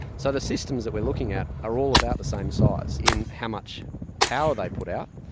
so the systems that we're looking at are all about the same size in how much power they put out,